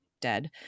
dead